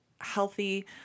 healthy